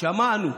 שמענו,